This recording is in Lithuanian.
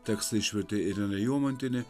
tekstą išvertė irena jomantienė